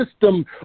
system